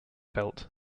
belt